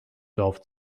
dorf